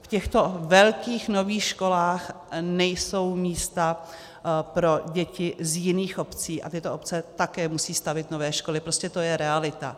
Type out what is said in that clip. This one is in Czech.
V těchto velkých nových školách nejsou místa pro děti z jiných obcí a tyto obce také musí stavět nové školy, prostě to je realita.